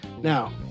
Now